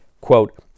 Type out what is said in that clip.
quote